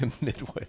Midway